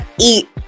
eat